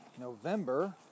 November